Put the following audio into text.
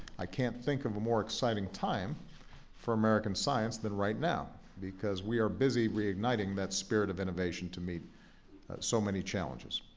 i can't think of a more exciting time for american science than right now, because we are busy reigniting that spirit of innovation to meet so many challenges.